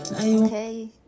Okay